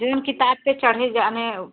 जो इन किताब पर चढ़े जाने